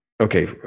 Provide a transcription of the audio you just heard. Okay